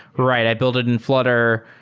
right i build it in flutter.